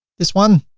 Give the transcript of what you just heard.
this one.